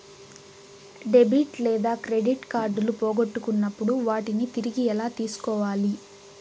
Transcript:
debit లేదా credit కార్డులు పోగొట్టుకున్నప్పుడు వాటిని తిరిగి ఎలా తీసుకోవాలి